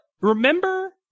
remember